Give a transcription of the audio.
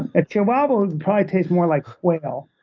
a chihuahua would probably taste more like quail,